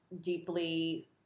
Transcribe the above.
deeply